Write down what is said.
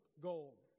goal